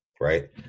right